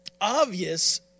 obvious